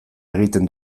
egiten